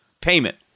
payment